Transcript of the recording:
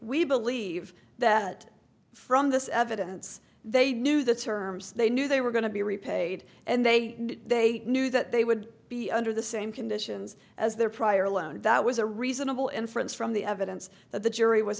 we believe that from this evidence they knew the terms they knew they were going to be repaid and they they knew that they would be under the same conditions as their prior loan that was a reasonable inference from the evidence that the jury was